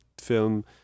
film